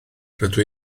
rydw